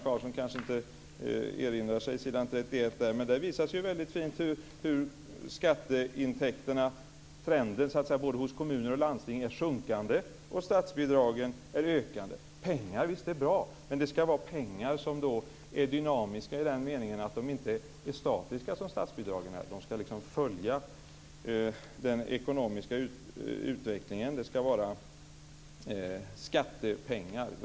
Karlsson kanske inte erinrar sig s. 31 - att trenden beträffande skatteintäkterna både hos kommuner och landsting är sjunkande och statsbidragen ökande. Visst är pengar bra, men det ska vara pengar som är dynamiska i den meningen att de inte är statiska som statsbidragen är. De ska följa den ekonomiska utvecklingen, och det ska vara skattepengar.